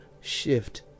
shift